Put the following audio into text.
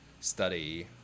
study